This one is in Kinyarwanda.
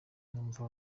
numvaga